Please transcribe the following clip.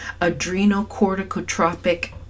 adrenocorticotropic